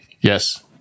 Yes